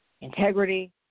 integrity